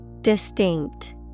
distinct